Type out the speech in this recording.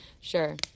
Sure